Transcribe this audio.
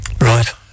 right